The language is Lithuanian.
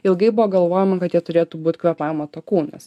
ilgai buvo galvojama kad jie turėtų būt kvėpavimo takų nes